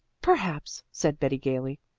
perhaps, said betty gaily.